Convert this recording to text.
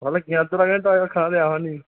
अद्धा घैंटा ते आहो निं